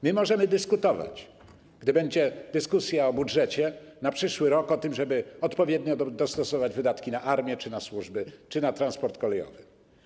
My możemy dyskutować, gdy będzie dyskusja o budżecie na przyszły rok, o tym, żeby odpowiednio dostosować wydatki na armię czy na służby, czy na transport kolejowy.